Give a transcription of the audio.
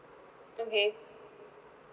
okay